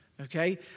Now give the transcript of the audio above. Okay